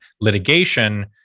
litigation